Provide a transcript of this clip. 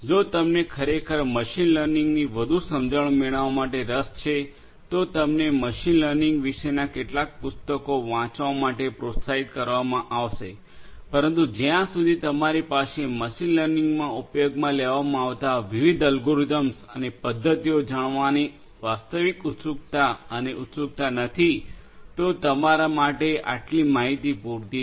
જો તમને ખરેખર મશીન લર્નિંગની વધુ સમજણ મેળવવા માટે રસ છે તો તમને મશીન લર્નિંગ વિશેના કેટલાક પુસ્તકો વાંચવા માટે પ્રોત્સાહિત કરવામાં આવશે પરંતુ જ્યાં સુધી તમારી પાસે મશીન લર્નિંગમાં ઉપયોગમાં લેવામાં આવતા વિવિધ અલ્ગોરિધમ્સ અને પદ્ધતિઓ જાણવાની વાસ્તવિક ઉત્સુકતા અને ઉત્સુકતા નથી તો તમારા માટે આટલી માહિતી પૂરતી છે